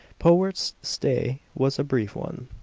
powart's stay was a brief one.